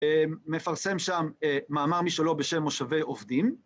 מפרסם שם מאמר משלו בשם מושבי עובדים.